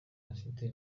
bafite